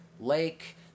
lake